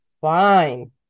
fine